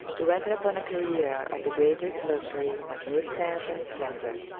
to enter upon a career of the greatest luxury, magnificence, and splendor.